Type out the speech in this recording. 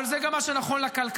אבל זה גם מה שנכון לכלכלה.